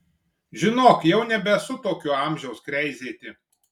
žinok jau nebesu tokio amžiaus kreizėti